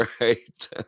right